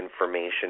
information